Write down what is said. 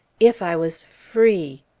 if i was free!